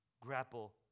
grapple